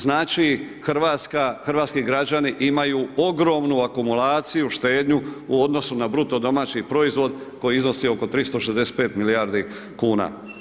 Znači hrvatski građani imaju ogromnu akumulaciju štednju u odnosu na BDP koji iznosi oko 365 milijardi kuna.